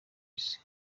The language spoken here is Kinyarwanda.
isi